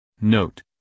Note